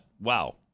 Wow